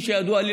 כפי שידוע לי,